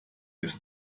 des